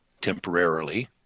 temporarily